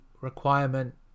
requirement